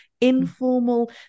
informal